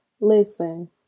Listen